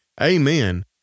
Amen